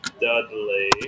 Dudley